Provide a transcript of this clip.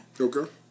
Okay